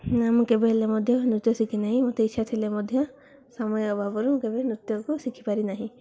ନା ମୁଁ କେବେ ହେଲେ ମଧ୍ୟ ନୃତ୍ୟ ଶିଖିନାହିଁ ମୋତେ ଇଚ୍ଛା ଥିଲେ ମଧ୍ୟ ସମୟ ଅଭାବରୁ ମୁଁ କେବେ ନୃତ୍ୟକୁ ଶିଖିପାରିନାହିଁ